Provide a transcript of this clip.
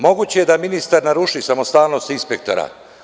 Moguće je da ministar naruši samostalnost inspektora.